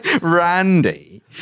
Randy